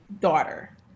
daughter